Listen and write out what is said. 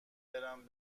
برم